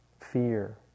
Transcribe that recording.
fear